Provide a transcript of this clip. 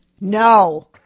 No